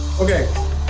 Okay